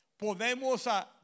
podemos